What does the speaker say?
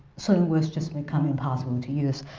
certain words just become impossible to use.